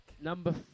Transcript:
Number